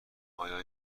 آیا